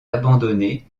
abandonné